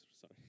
sorry